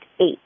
eight